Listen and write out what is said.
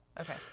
Okay